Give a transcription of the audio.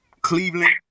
cleveland